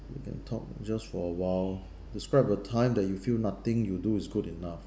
we can talk just for a while describe the time that you feel nothing you do is good enough